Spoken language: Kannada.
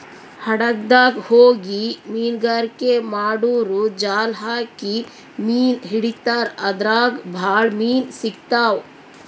ಹಡಗ್ದಾಗ್ ಹೋಗಿ ಮೀನ್ಗಾರಿಕೆ ಮಾಡೂರು ಜಾಲ್ ಹಾಕಿ ಮೀನ್ ಹಿಡಿತಾರ್ ಅದ್ರಾಗ್ ಭಾಳ್ ಮೀನ್ ಸಿಗ್ತಾವ್